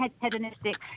hedonistic